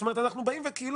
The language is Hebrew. הוא כבר לא יוכל לעשות את זה.